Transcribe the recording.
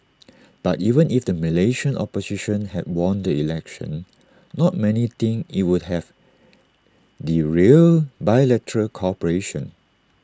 but even if the Malaysian opposition had won the election not many think IT would have derailed bilateral cooperation